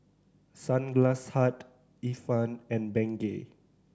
Sunglass Hut Ifan and Bengay